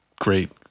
great